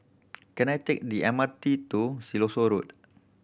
can I take the M R T to Siloso Road